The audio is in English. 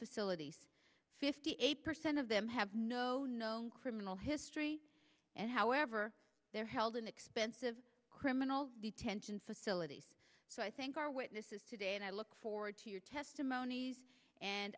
facilities fifty eight percent of them have no known criminal history and however they're held in expensive criminal detention facilities so i thank our witnesses today and i look forward to your testimonies and